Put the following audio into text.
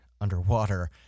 underwater